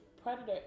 Predator